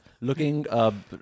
looking